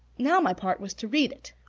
now, my part was to read it!